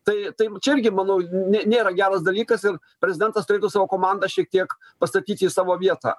tai tai čia irgi manau nėra geras dalykas ir prezidentas turėtų savo komandą šiek tiek pastatyti į savo vietą